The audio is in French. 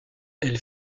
elle